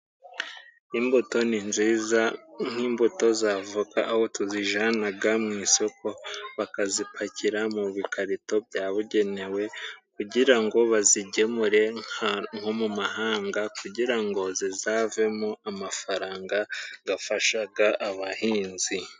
Imbuto ni nziza, nk'imbuto za avoka, aho tuzijanaga mu isoko, bakazipakira mu bikarito byabugenewe, kugira ngo bazigemure nko mu mahanga, kugira ngo zizavemo amafaranga, gafashaga abahinzi.